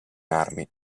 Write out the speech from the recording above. armi